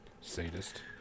Sadist